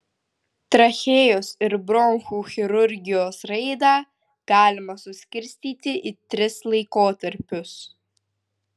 trachėjos ir bronchų chirurgijos raidą galima suskirstyti į tris laikotarpius